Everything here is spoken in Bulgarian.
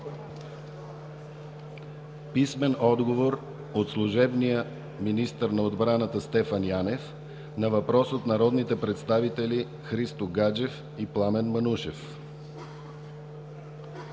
Маноил Манев; - служебния министър на отбраната Стефан Янев на въпрос от народните представители Христо Гаджев и Пламен Манушев;